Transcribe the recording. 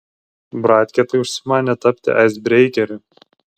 bratkė tai užsimanė tapti aisbreikeriu